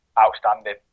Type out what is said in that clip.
Outstanding